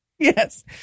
Yes